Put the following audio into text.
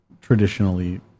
traditionally